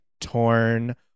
torn